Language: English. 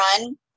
run